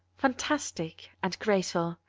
fantastic, and graceful,